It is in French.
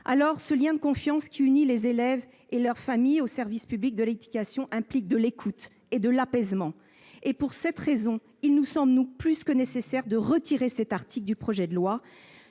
? Le lien de confiance qui unit les élèves et leurs familles au service public de l'éducation suppose de l'écoute et de l'apaisement. Pour cette raison, il nous semble plus que nécessaire de retirer cet article du projet de loi.